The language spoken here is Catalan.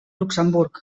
luxemburg